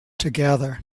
together